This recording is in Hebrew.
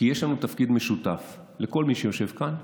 כי יש לנו תפקיד משותף, לכל מי שיושב כאן: